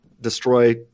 destroy